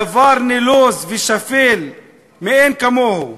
דבר נלוז ושפל מאין כמוהו: